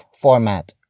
format